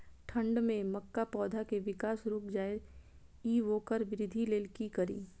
ठंढ में मक्का पौधा के विकास रूक जाय इ वोकर वृद्धि लेल कि करी?